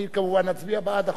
אני, כמובן, אצביע בעד החוק,